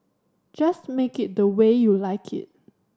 just make it the way you like it